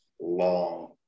long